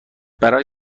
برای